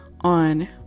on